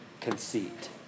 conceit